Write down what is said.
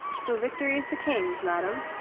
so victory is the king's, madame?